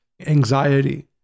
anxiety